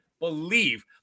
believe